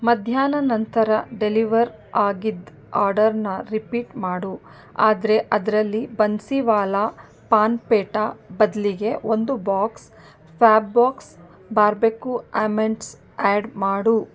ಮಧ್ಯಾಹ್ನ ನಂತರ ಡೆಲಿವರ್ ಆಗಿದ್ದ ಆರ್ಡರ್ನ ರಿಪೀಟ್ ಮಾಡು ಆದರೆ ಅದರಲ್ಲಿ ಬನ್ಸಿವಾಲಾ ಪಾನ್ ಪೇಟ ಬದಲಿಗೆ ಒಂದು box fab box barbecue almonds add ಮಾಡು